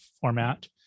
format